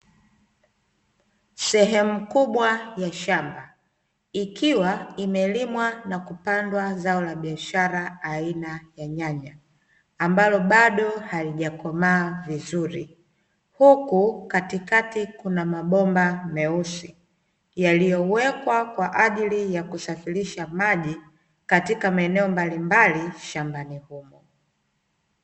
Sehemu kubwa ya shamba, ikiwa imelimwa na kupandwa zao la biashara aina ya nyanya ambalo bado halijakomaa vizuri, huku katikati kuna mabomba meusi yaliyowekwa kwa ajili ya kusafirisha maji katika maeneo mbalimbali shambani humo.